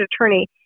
attorney